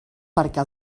perquè